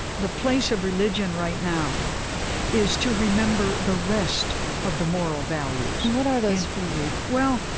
the place of religion right now is to remember the rest of the moral values what are those for you? well,